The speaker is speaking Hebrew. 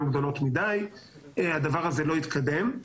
הדבר הזה לא התקדם.